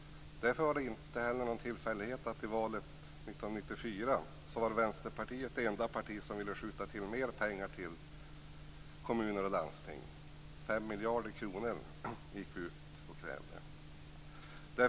Därför var det inför valet 1994 inte någon tillfällighet att Vänsterpartiet var det enda parti som ville skjuta till mer pengar till kommuner och landsting, och vi krävde 5 miljarder kronor.